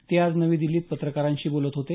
ते आज नवी दिल्लीत पत्रकारांशी बोलत होते